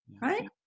right